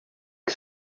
que